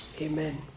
Amen